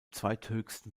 zweithöchsten